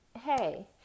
hey